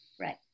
Right